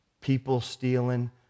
people-stealing